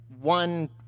one